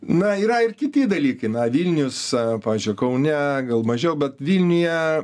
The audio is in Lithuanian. na yra ir kiti dalykai na vilnius pavyzdžiui kaune gal mažiau bet vilniuje